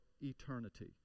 eternity